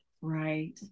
right